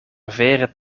vere